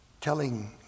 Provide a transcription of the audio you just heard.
telling